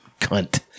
cunt